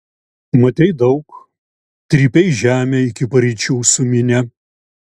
matei daug trypei žemę iki paryčių su minia